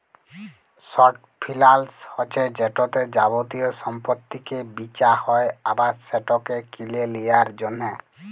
short ফিলালস হছে যেটতে যাবতীয় সম্পত্তিকে বিঁচা হ্যয় আবার সেটকে কিলে লিঁয়ার জ্যনহে